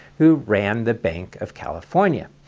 who ran the bank of california,